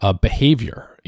behavior